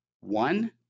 One